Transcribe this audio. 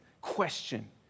question